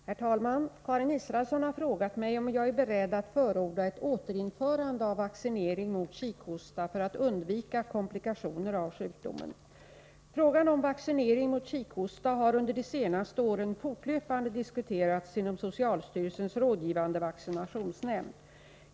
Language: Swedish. Herr talman! Karin Israelsson har frågat mig om jag är beredd att förorda ett återinförande av vaccinering mot kikhosta för att undvika komplikationer av sjukdomen. Frågan om vaccinering mot kikhosta har under de senaste åren fortlöpande diskuterats inom socialstyrelsens rådgivande vaccinationsnämnd.